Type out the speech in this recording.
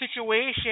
situation